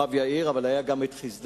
כוכב-יאיר, אבל היה גם חסדאי,